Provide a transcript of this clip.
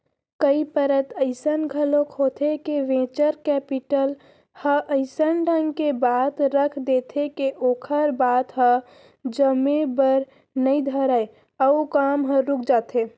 कई परत अइसन घलोक होथे के वेंचर कैपिटल ह अइसन ढंग के बात रख देथे के ओखर ले बात ह जमे बर नइ धरय अउ काम ह रुक जाथे